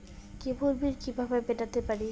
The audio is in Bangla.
কেবল বিল কিভাবে মেটাতে পারি?